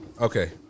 Okay